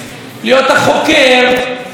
מה שנאת החינם הזו לכם?